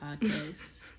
podcast